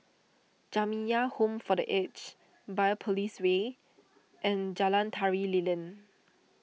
Jamiyah Home for the Aged Biopolis Way and Jalan Tari Lilin